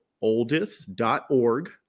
oldest.org